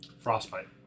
Frostbite